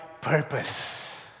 purpose